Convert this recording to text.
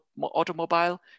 automobile